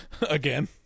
Again